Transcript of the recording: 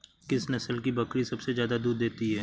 किस नस्ल की बकरी सबसे ज्यादा दूध देती है?